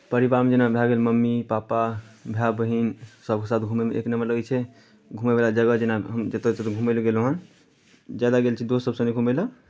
परिवारमे जेना भए गेल मम्मी पापा भाय बहिन सभके साथ घूमयमे एक नम्बर लगैत छै घुमयवला जगह जेना हम जतय जतय घूमय लए गेलहुँ हेँ जादा गेल छी दोस्तसभ सङ्गे घूमय लए